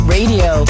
Radio